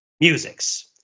musics